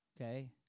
Okay